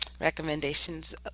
recommendations